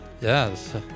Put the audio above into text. Yes